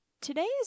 today's